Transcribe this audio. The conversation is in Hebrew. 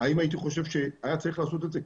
האם הייתי חושב שהיה צריך לעשות את זה?